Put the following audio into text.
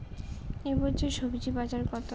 এ বছর স্বজি বাজার কত?